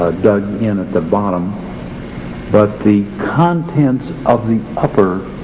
dug in at the bottom but the contents of the upper